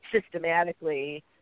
systematically